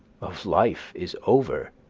of life is over,